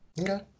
okay